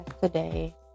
today